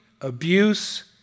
abuse